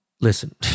listen